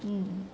mm